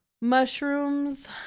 Mushrooms